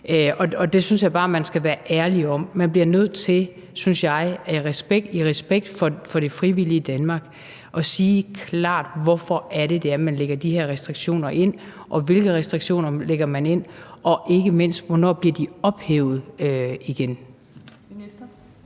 Det synes jeg bare man skal være ærlig om. Man bliver nødt til, synes jeg, i respekt for det frivillige Danmark at sige klart, hvorfor man lægger de her restriktioner ind, hvilke restriktioner man lægger ind, og ikke mindst, hvornår de bliver ophævet igen.